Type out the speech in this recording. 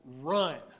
run